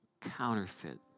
counterfeit